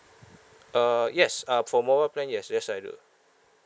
uh yes uh for mobile plan yes yes I do